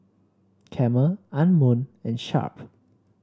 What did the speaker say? Camel Anmum and Sharp